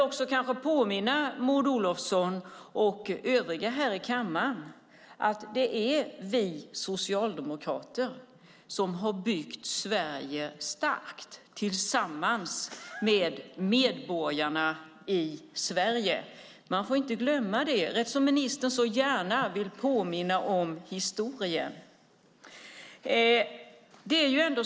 Jag vill påminna Maud Olofsson och övriga här i kammaren om att det är vi socialdemokrater som har byggt Sverige starkt tillsammans med medborgarna i Sverige. Man får inte glömma det eftersom ministern så gärna vill påminna om historien.